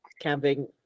camping